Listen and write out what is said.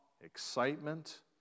excitement